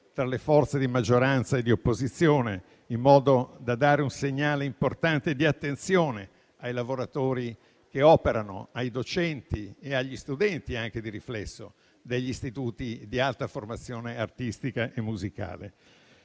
tra le forze di maggioranza e di opposizione, in modo da dare un segnale importante di attenzione ai lavoratori che operano, ai docenti e di riflesso anche agli studenti degli istituti di alta formazione artistica e musicale.